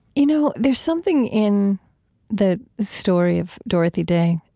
you know, there's something in the story of dorothy day,